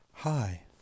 Hi